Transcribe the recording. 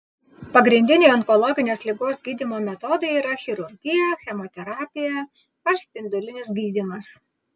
pagrindiniai onkologinės ligos gydymo metodai yra chirurgija chemoterapija ar spindulinis gydymas